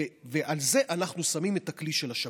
ועל זה אנחנו שמים את הכלי של השב"כ.